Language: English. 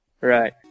Right